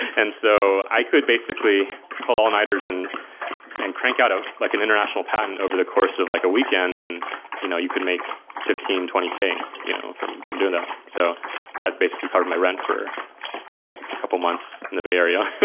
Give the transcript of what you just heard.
and so i could basically pull all-nighters and and crank out ah like an international patent over the course of like a weekend and you know you could make fifteen k, twenty k you know from from doing that. so that basically covered my rent for a couple of months in the bay area.